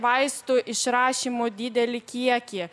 vaistų išrašymų didelį kiekį